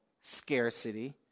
scarcity